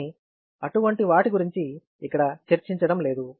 కానీ అటువంటి వాటి గురించి ఇక్కడ చర్చించడం లేదు